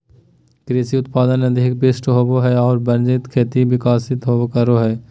कृषि उत्पादन अधिक विशिष्ट होबो हइ और वाणिज्यिक खेती विकसित करो हइ